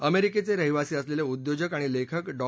अमेरिकेचे रहिवासी असलेले उद्योजक आणि लेखक डॉ